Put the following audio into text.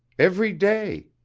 every day.